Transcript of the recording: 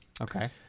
Okay